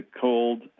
cold